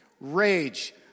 rage